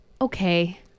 okay